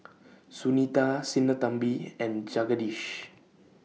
Sunita Sinnathamby and Jagadish